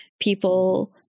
people